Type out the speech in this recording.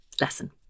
lesson